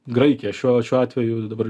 graikija šiuo šiuo atveju dabar